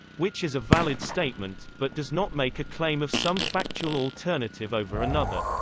which is a valid statement, but does not make a claim of some factual alternative over another.